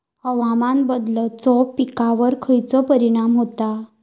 हवामान बदलाचो पिकावर खयचो परिणाम होता?